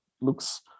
looks